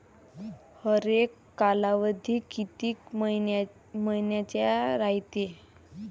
हरेक कालावधी किती मइन्याचा रायते?